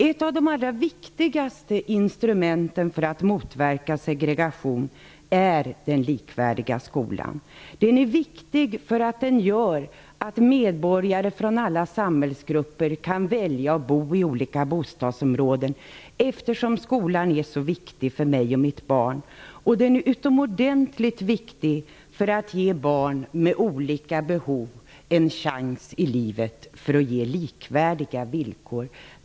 Ett av de allra viktigaste instrumenten för att motverka segregation är den likvärdiga skolan. Den är viktig därför att den gör att medborgare från alla samhällsgrupper kan välja att bo i olika bostadsområden. Skolan är ju så viktig för föräldrar och barn. Dessutom är den utomordentligt viktig för att barn med olika behov skall få en chans i livet till likvärdiga villkor.